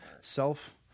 self